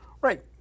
Right